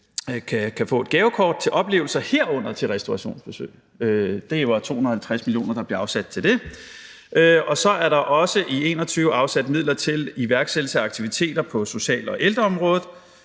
kan få et gavekort til oplevelser, herunder til restaurationsbesøg. Det var 250 mio. kr., der blev afsat til det. Og så er der også i 2021 afsat midler til iværksættelse af aktiviteter på social- og ældreområdet,